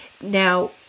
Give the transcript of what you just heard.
Now